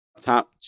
top